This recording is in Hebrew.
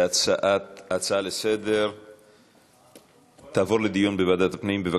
שההצעה לסדר-היום תעבור לדיון בוועדת הפנים.